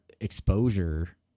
exposure